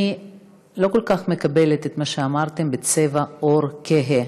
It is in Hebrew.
אני לא כל כך מקבלת את מה שאמרתם על צבע עור כהה.